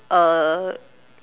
uh